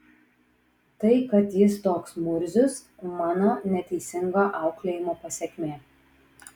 tai kad jis toks murzius mano neteisingo auklėjimo pasekmė